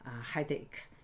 headache